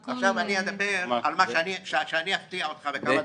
הכול --- אני אדבר ואני אפתיע אותך בכמה דברים.